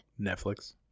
Netflix